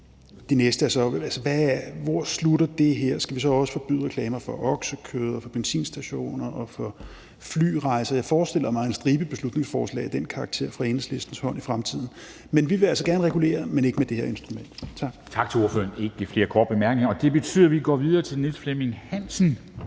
Hvor slutter det her? Skal vi så også forbyde reklamer for oksekød, benzinstationer og flyrejser? Jeg forestiller mig en stribe beslutningsforslag af den karakter fra Enhedslistens hånd i fremtiden. Så vi vil altså gerne regulere, men ikke med det her instrument. Tak. Kl. 10:22 Formanden (Henrik Dam Kristensen): Tak til ordføreren. Der er ikke flere korte bemærkninger. Det betyder, at vi går videre til hr. Niels Flemming Hansen,